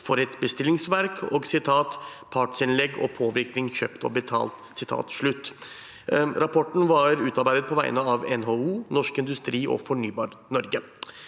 for «et bestillingsverk» og «partsinnlegg og påvirkning kjøpt og betalt». Rapporten var utarbeidet på vegne av NHO, Norsk Industri og Fornybar Norge.